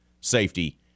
safety